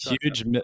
huge